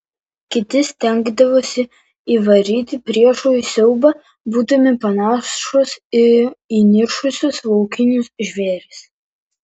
kiti stengdavosi įvaryti priešui siaubą būdami panašūs į įniršusius laukinius žvėris